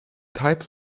type